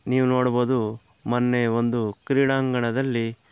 ನೀವು ನೋಡ್ಬೋದು ಮೊನ್ನೆ ಒಂದು ಕ್ರೀಡಾಂಗಣದಲ್ಲಿ